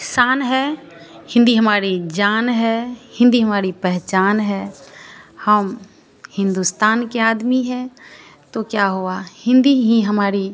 शान है हिन्दी हमारी जान है हिन्दी हमारी पहचान है हम हिन्दुस्तान के आदमी हैं तो क्या हुआ हिन्दी ही हमारी